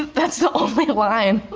that's the only line.